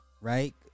right